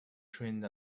trained